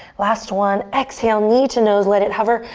last one, exhale, knee to nose, let it hover.